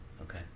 Okay